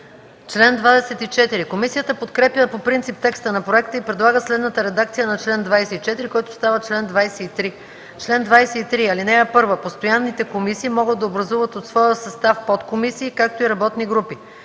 МАНОЛОВА: Комисията подкрепя по принцип текста на проекта и предлага следната редакция на чл. 24, който става чл. 23: „Чл. 23. (1) Постоянните комисии могат да образуват от своя състав подкомисии, както и работни групи.